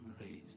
raised